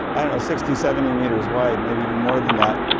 i don't know sixty, seventy meters wide, maybe even more than that.